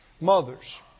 mothers